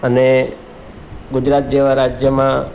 અને ગુજરાત જેવા રાજ્યમાં